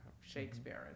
Shakespeare